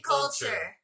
Culture